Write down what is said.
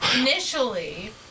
initially